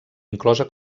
inclosa